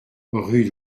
rue